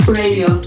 radio